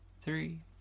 three